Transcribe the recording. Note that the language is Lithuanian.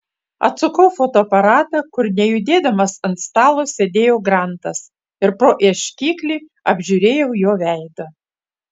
atsukau fotoaparatą kur nejudėdamas ant stalo sėdėjo grantas ir pro ieškiklį apžiūrėjau jo veidą